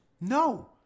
No